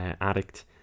addict